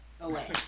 away